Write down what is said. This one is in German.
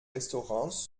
restaurants